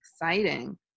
Exciting